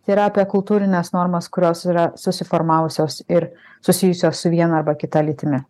tai yra apie kultūrines normas kurios yra susiformavusios ir susijusios su viena arba kita lytimi